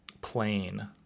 plain